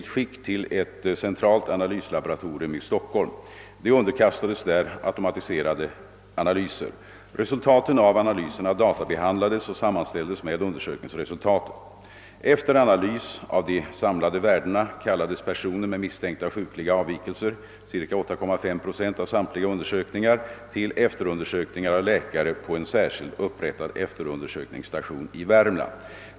till ett centralt analyslaboratorium i Stockholm. De underkastades där automatiserade analyser. Resultaten av analyserna databehandlades och sammanställdes med undersökningsresultaten. Efter analys av de samlade värdena kallades personer med misstänkta sjukliga avvikelser — ca 8,5 procent av samtliga undersökta till efterundersökning av läkare på en särskilt upprättad efterundersökningsstation = i Värmland.